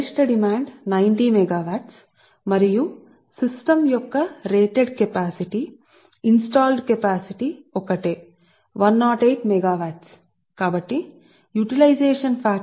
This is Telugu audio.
గరిష్ట డిమాండ్ 90 మెగావాట్లు మరియు ఇది రేట్ చేయబడిన వ్యవస్థాపిత సామర్థ్యం అదే విధం గా రేట్ చేయబడిన సిస్టమ్ సామర్థ్యం 108 మెగావాట్లు కాబట్టి యుటిలైజషన్ 0